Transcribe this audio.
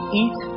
eat